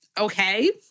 Okay